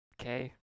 Okay